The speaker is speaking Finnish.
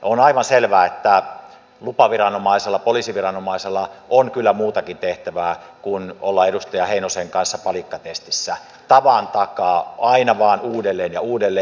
on aivan selvää että lupaviranomaisella poliisiviranomaisella on kyllä muutakin tehtävää kuin olla edustaja heinosen kanssa palikkatestissä tavan takaa aina vain uudelleen ja uudelleen